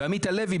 ועמית הלוי,